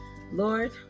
Lord